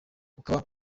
ukaba